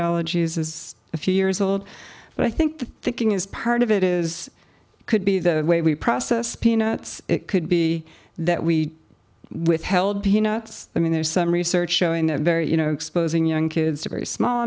allergies is a few years old but i think the thinking is part of it is could be the way we process peanuts it could be that we withheld peanuts i mean there's some research showing that very you know exposing young kids to very small